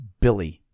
billy